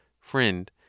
Friend